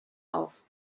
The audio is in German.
auf